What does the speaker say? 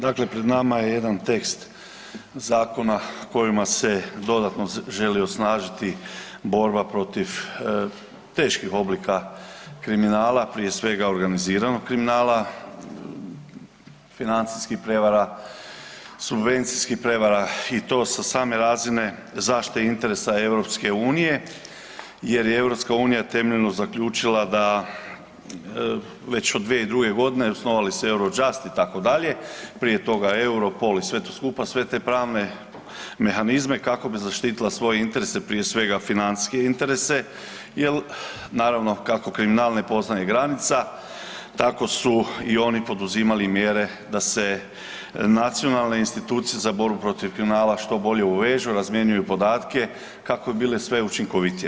Dakle, pred nama je jedan tekst zakona kojima se dodatno želi osnažiti borba protiv teških oblika kriminala, prije svega, organiziranog kriminala, financijskih prevara, subvencijskih prevara i to sa same razine zaštite interesa EU jer je EU temeljno zaključila da već od 2002. g., osnovali su Eurojust, itd., prije toga Europol i sve to skupa, sve te pravne mehanizme kako bi zaštitila svoje financijske interese jer naravno, kako kriminal ne poznaje granica, tako su i oni poduzimali mjere da se nacionalne institucije za borbu protiv kriminala što bolje uvežu, razmjenjuju podatke kako bi bile sve učinkovitije.